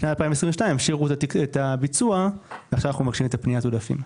בשנת 2022 הפשירו את הביצוע ועכשיו אנחנו מבקשים את פניית העודפים.